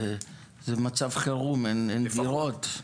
זה מצב חירום, אין דירות.